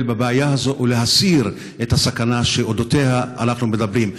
בבעיה הזאת ולהסיר את הסכנה שעליה אנחנו מדברים.